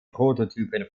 prototypen